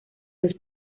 los